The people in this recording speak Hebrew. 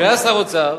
כשהוא היה שר האוצר,